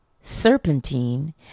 serpentine